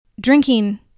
drinking